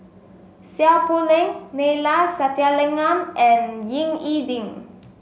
Seow Poh Leng Neila Sathyalingam and Ying E Ding